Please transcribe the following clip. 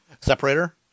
separator